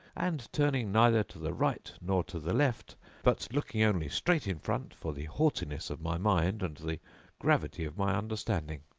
and turning neither to the right nor to the left but looking only straight in front for the haughtiness of my mind and the gravity of my understanding.